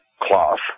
cloth